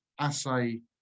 assay